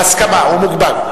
בהסכמה, הוא מוגבל.